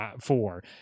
four